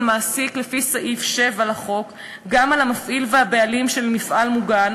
מעסיק לפי סעיף 7 לחוק גם על המפעיל והבעלים של מפעל מוגן,